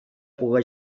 puga